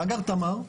מאגר תמר,